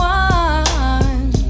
one